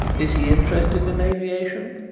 is he interested in aviation?